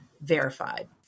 verified